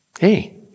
Hey